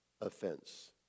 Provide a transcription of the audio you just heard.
offense